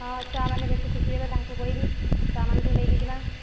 ହଁ ଛୁଆମାନେ ବେଶୀ ଖୁସି ହେବେ ତାଙ୍କୁ କହିବି ଛୁଆ ମାନଙ୍କୁ ନେଇକି ଜିମା